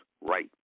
right